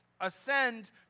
ascend